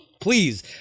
please